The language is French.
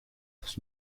dans